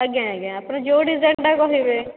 ଆଜ୍ଞା ଆଜ୍ଞା ଆପଣ ଯେଉଁ ଡିଜାଇନଟା କହିବେ